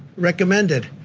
recommended.